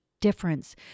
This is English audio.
difference